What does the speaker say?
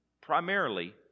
primarily